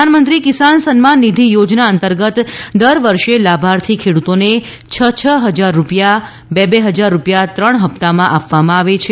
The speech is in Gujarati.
પ્રધાનમંત્રી કિસાન સન્માન નિધિ યોજના અંતર્ગત દર વર્ષે લાભાર્થી ખેડૂતોને છ છ હજાર રૂપિયા બે બે હજાર રૂપિયા ત્રણ હપ્તામાં આપવામાં આવે છે